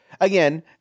again